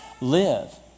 live